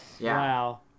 Wow